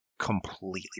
completely